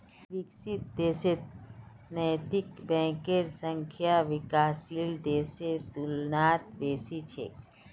विकसित देशत नैतिक बैंकेर संख्या विकासशील देशेर तुलनात बेसी छेक